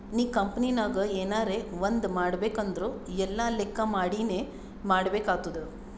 ನೀ ಕಂಪನಿನಾಗ್ ಎನರೇ ಒಂದ್ ಮಾಡ್ಬೇಕ್ ಅಂದುರ್ ಎಲ್ಲಾ ಲೆಕ್ಕಾ ಮಾಡಿನೇ ಮಾಡ್ಬೇಕ್ ಆತ್ತುದ್